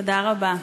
תודה רבה.